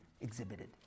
exhibited